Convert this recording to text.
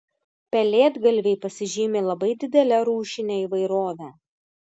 pelėdgalviai pasižymi labai didele rūšine įvairove